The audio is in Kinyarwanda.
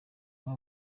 amwe